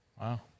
Wow